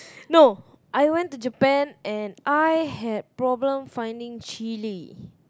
no I went to Japan and I had problem finding chilli